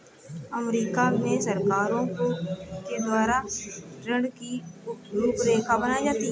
अमरीका में सरकारों के द्वारा ऋण की रूपरेखा बनाई जाती है